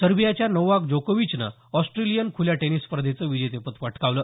सर्बियाच्या नोवाक जोकोविचनं ऑस्ट्रेलियन ख्ल्या टेनिस स्पर्धेचं विजेतेपद पटकावलं